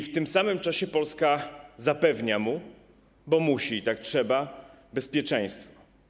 W tym samym czasie Polska zapewnia mu, bo musi i tak trzeba, bezpieczeństwo.